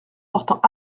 portant